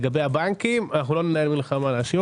לגבי הבנקים לא ננהל מלחמה להשאיר